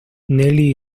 nellie